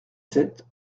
sept